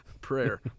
prayer